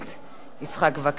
8102, 8103 ו-8104.